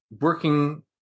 working